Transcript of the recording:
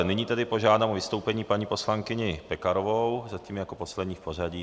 Nyní tedy požádám o vystoupení paní poslankyni Pekarovou, zatím jako poslední v pořadí.